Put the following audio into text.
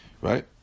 Right